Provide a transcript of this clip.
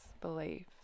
belief